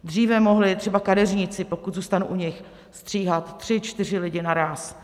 Dříve mohli třeba kadeřníci, pokud zůstanu u nich, stříhat tři, čtyři lidi naráz.